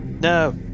No